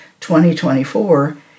2024